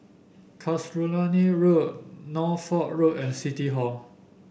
Casuarina Road Norfolk Road and City Hall